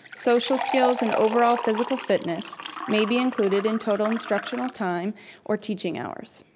social skills, and overall physical fitness may be included in total instructional time or teaching hours.